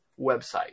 website